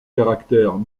caractère